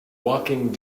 walking